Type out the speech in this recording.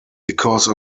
because